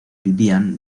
vivían